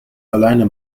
alleine